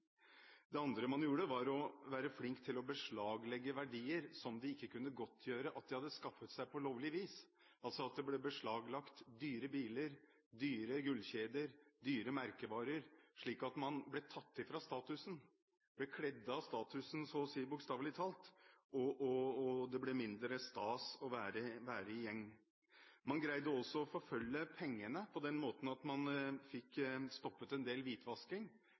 Det andre man gjorde, var å være flinke til å beslaglegge verdier som gjengmedlemmene ikke kunne godtgjøre at de hadde skaffet seg på lovlig vis – altså at det ble beslaglagt dyre biler, dyre gullkjeder, dyre merkevareprodukter – slik at man ble fratatt statusen, så å si bokstavelig talt ble avkledd statusen, og at det ble mindre stas å være med i en gjeng. Man greide også å forfølge pengene på den måten at man fikk stoppet en del hvitvasking.